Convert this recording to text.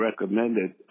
recommended